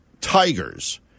Tigers